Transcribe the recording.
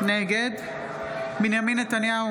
נגד בנימין נתניהו,